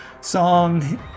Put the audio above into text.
song